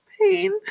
pain